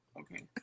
Okay